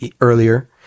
earlier